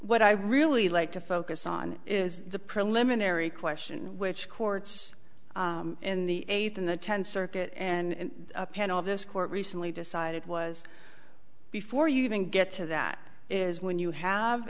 what i really like to focus on is the preliminary question which courts in the eighth in the tenth circuit and a panel of this court recently decided was before you even get to that is when you have